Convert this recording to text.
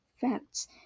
facts